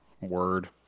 Word